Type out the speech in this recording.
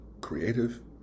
creative